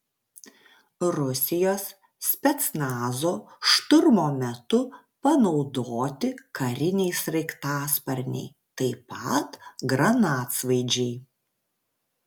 rusijos specnazo šturmo metu panaudoti kariniai sraigtasparniai taip pat granatsvaidžiai